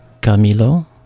Camilo